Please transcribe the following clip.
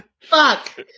Fuck